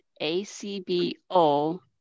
a-c-b-o